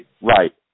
Right